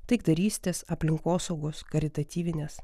taikdarystės aplinkosaugos karitatyvines